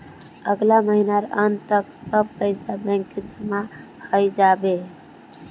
अगला महीनार अंत तक सब पैसा बैंकत जमा हइ जा बे